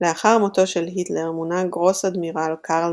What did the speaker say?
לאחר מותו של היטלר מונה גרוס-אדמירל קרל